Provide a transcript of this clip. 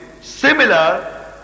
similar